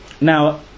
Now